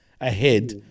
ahead